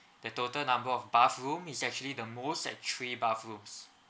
the total number of bathroom is actually the most at three bathrooms